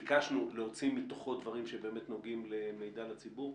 ביקשנו להוציא מתוכו דברים שבאמת נוגעים למידע לציבור.